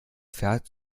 fährt